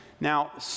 Now